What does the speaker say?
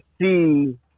see